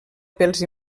pels